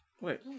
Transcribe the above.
wait